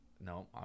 no